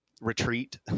retreat